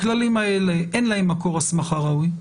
הכללים האלה, אין להם מקור הסמכה ראוי.